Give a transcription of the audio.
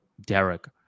Derek